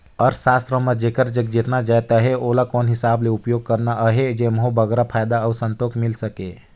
अर्थसास्त्र म जेकर जग जेन जाएत अहे ओला कोन हिसाब ले उपयोग करना अहे जेम्हो बगरा फयदा अउ संतोक मिल सके